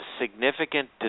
significant